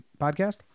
podcast